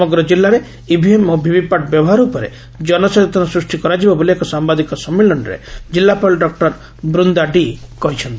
ସମଗ୍ର କିଲ୍ଲାରେ ଇଭିଏମ ଓ ଭିଭିପାଟ୍ ବ୍ୟବହାର ଉପରେ ଜନସଚେତନତା ସୂଷ୍ଟି କରାଯିବ ବୋଲି ଏକ ସାମ୍ଘାଦିକ ସମ୍ମିଳନୀରେ ଜିଲ୍ଲାପାଳ ଡଃ ବୃନ୍ଦା ଡି କହିଛନ୍ତି